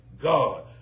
God